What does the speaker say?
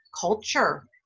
culture